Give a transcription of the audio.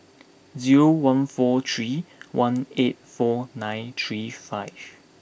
zero one four three one eight four nine three five